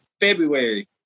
February